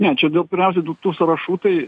ne čia dėl pirmiausia dėl tų sąrašų tai